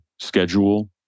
schedule